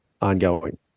ongoing